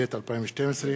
התשע"ב 2012,